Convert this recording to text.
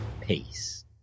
peace